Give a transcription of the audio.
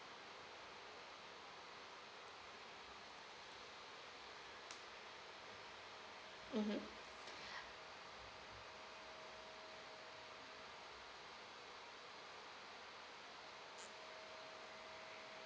mmhmm